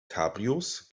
cabrios